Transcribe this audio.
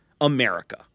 America